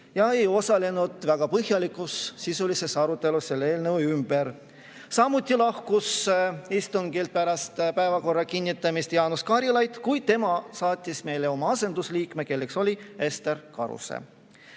ja ei osalenud väga põhjalikus, sisulises arutelus selle eelnõu üle. Samuti lahkus istungilt pärast päevakorra kinnitamist Jaanus Karilaid, kuid tema saatis meile oma asendusliikme, kelleks oli Ester Karuse.